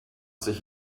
sich